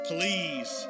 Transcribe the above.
Please